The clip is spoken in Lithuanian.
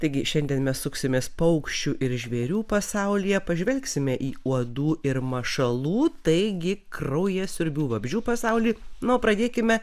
taigi šiandien mes suksimės paukščių ir žvėrių pasaulyje pažvelgsime į uodų ir mašalų taigi kraujasiurbių vabzdžių pasaulį na o pradėkime